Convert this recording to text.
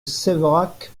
séverac